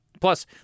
Plus